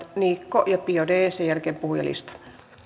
niikko ja biaudet sen jälkeen puhujalistaan